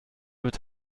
wird